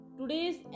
Today's